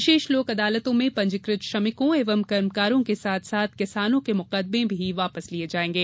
विशेष लोक अदालतों में पंजीकृत श्रमिकों एवं कर्मकारों के साथसाथ किसानों के मुकदमे भी वापस लिए जाएंगे